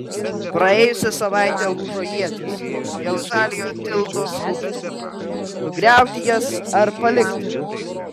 praėjusią savaitę lūžo ietys dėl žaliojo tilto skulptūrų nugriauti jas ar palikti